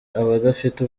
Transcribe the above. abadafite